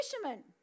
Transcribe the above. fishermen